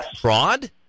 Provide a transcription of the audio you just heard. fraud